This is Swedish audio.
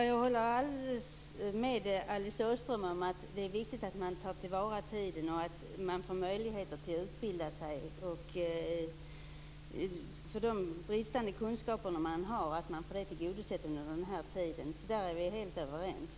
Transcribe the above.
Fru talman! Jag håller med Alice Åström om att det är viktigt att man tar till vara tiden, att man får möjligheter att utbilda sig och får möjlighet att avhjälpa de bristande kunskaper man har under den här tiden. Där är vi helt överens.